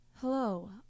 Hello